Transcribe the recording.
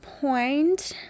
point